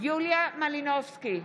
יוליה מלינובסקי,